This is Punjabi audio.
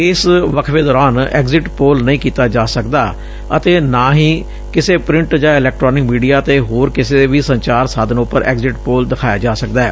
ਇਸ ਵਕਫੇ ਦੌਰਾਨ ਐਗਜ਼ਿਟ ਪੋਲ ਨਹੀ ਕੀਤਾ ਜਾ ਸਕਦਾ ਅਤੇ ਨਾ ਹੀ ਕਿਸੇ ਪ੍੍ਿੰਟ ਜਾਂ ਇਲੈਕਟ੍ਾਨਿਕ ਮੀਡੀਆ ਅਤੇ ਹੋਰ ਕਿਸੇ ਵੀ ਸੰਚਾਰ ਸਾਧਨ ਉਪਰ ਐਗਜ਼ਿਟ ਪੋਲ ਨੁੰ ਦਿਖਾਇਆ ਜਾ ਸਕਦੈ